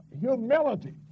humility